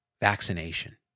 vaccination